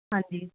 ਹਾਂਜੀ